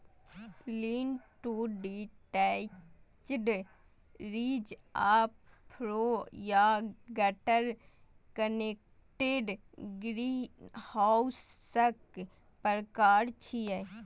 lean to detached, ridge आ furrow या gutter connected ग्रीनहाउसक प्रकार छियै